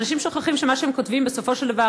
ואנשים שוכחים שמה שהם כותבים בסופו של דבר